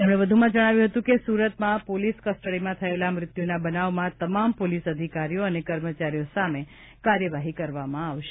તેમણે વધુમાં જણાવ્યું હતું કે સુરતમાં પોલીસ કસ્ટડીમાં થયેલા મૃત્યુના બનાવમાં તમામ પોલીસ અધિકારીઓ અને કર્મચારીઓ સામે કાર્યવાહી કરવામાં આવશે